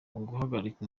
uguhagarika